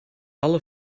alle